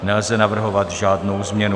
Nelze navrhovat žádnou změnu.